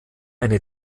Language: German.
eine